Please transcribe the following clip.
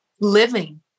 living